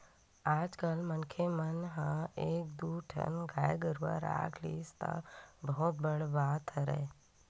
आजकल मनखे मन ह एक दू ठन गाय गरुवा रख लिस त बहुत बड़ बात हरय